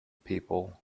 people